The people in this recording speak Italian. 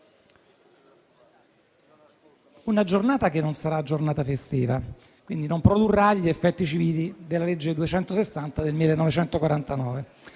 Una giornata che non sarà una giornata festiva e che quindi non produrrà gli effetti civili della legge n. 260 del 1949.